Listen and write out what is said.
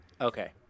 Okay